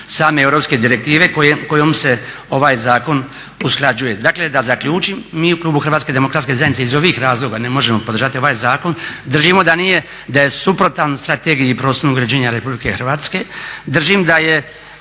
8.same europske direktive kojom se ovaj zakon usklađuje. Dakle da zaključim, mi u klubu HDZ-a iz ovih razloga ne možemo podržati ovaj zakon. Držimo da nije, da je suprotan strategiji prostornog uređenja RH, držim da je